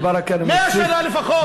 100 שנה לפחות.